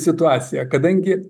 situaciją kadangi